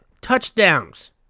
touchdowns